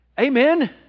Amen